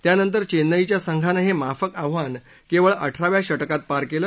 त्यानंतर चेन्नईच्या संघानं हे माफक आव्हान केवळ अठराव्या षटकात पार केलं